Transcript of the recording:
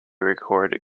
record